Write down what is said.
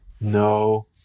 No